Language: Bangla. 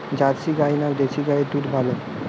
জার্সি গাই না দেশী গাইয়ের দুধ ভালো?